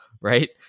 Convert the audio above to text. Right